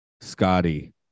Scotty